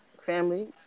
family